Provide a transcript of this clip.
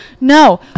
No